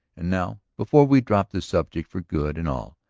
and now, before we drop the subject for good and all,